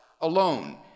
alone